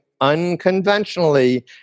unconventionally